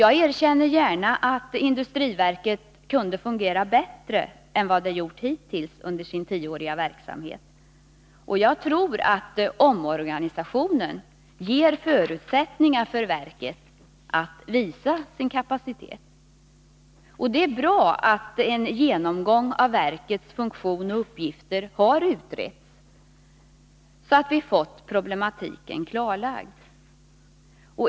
Jag erkänner gärna att SIND kunde fungera bättre än vad det gjort hittills under sin tioåriga verksamhet, och jag tror att omorganisationen ger förutsättningar för verket att visa sin kapacitet. Det är bra att en genomgång av verkets funktion och uppgifter har gjorts, så att vi fått problematiken klarlagd.